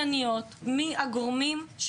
מיכל, את לא נורמאלית.